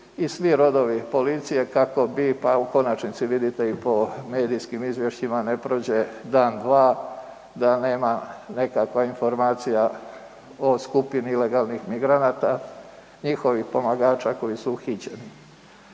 i svi rodovi policije kako bi pa u konačnici vidite i po medijskim izvješćima, ne prođe dan, dva da nema nekakva informacija o skupini ilegalnih migranata, njihovih pomagača koji su uhićeni.